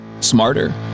smarter